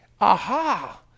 aha